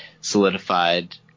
solidified